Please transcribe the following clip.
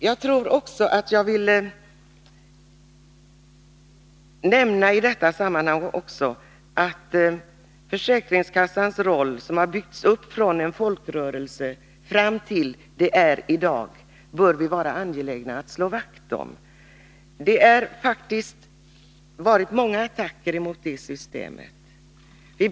Jag vill också i detta sammanhang nämna att vi bör vara angelägna att slå vakt om försäkringskassan, som byggts upp från en folkrörelse och utvecklats fram till vad den är i dag. Det har faktiskt varit många attacker mot det systemet.